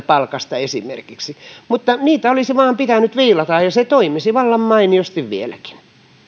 palkasta mutta sitä olisi vain pitänyt viilata ja se toimisi vallan mainiosti vieläkin